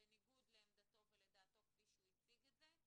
בניגוד לעמדתו ולדעתו כפי שהוא הציג את זה,